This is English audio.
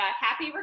happy